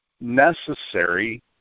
necessary